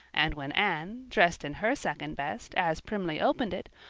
and when anne, dressed in her second best, as primly opened it,